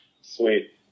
Sweet